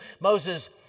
Moses